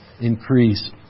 increase